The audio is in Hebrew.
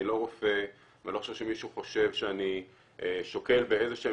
אני לא רופא ואני לא חושב שמישהו חושב שאני שוקל באיזה שהן